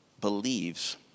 believes